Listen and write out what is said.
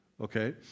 Okay